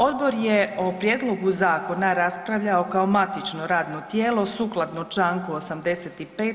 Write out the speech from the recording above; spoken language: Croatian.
Odbor je o prijedlogu zakona raspravljao kao matično radno tijelo sukladno Članku 85.